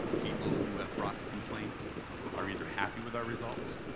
people who have brought the complaint are either happy with our results,